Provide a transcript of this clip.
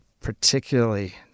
particularly